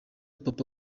papa